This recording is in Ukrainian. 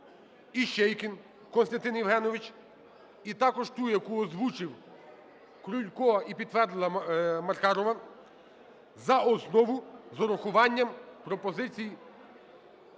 Іщейкін Костянтин Євгенович, і також ту, яку озвучив Крулько і підтвердила Маркарова, за основу з урахуванням пропозицій